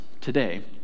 today